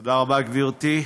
תודה רבה, גברתי.